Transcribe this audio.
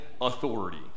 authority